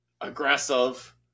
aggressive